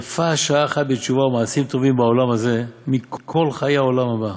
יפה שעה אחת בתשובה ומעשים טובים בעולם הזה מכל חיי העולם הבא,